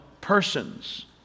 persons